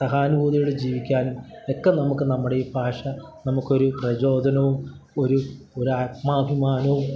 സഹാനുഭൂതിയോടെ ജീവിക്കാനുമൊക്കെ നമുക്ക് നമ്മുടെ ഈ ഭാഷ നമുക്കൊരു പ്രചോദനവും ഒരു ഒരാത്മാഭിമാനവും